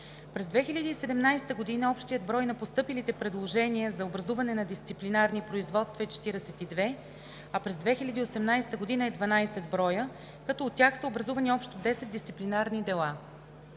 През 2017 г. общият брой на постъпилите предложения за образуване на дисциплинарни производства е 42, а през 2018 г. е 12 броя, като от тях са образувани общо 10 дисциплинарни дела.